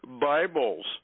bibles